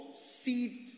seed